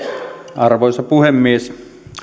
arvoisa puhemies